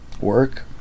work